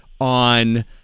on